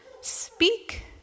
speak